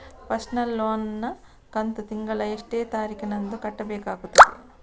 Personal loan ನ ಕಂತು ತಿಂಗಳ ಎಷ್ಟೇ ತಾರೀಕಿನಂದು ಕಟ್ಟಬೇಕಾಗುತ್ತದೆ?